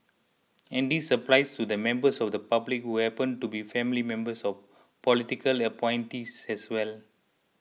and this applies to the members of the public who happen to be family members of political appointees as well